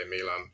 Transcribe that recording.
Milan